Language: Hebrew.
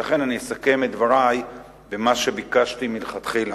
ולכן, אני אסכם את דברי במה שביקשתי מלכתחילה,